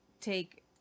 take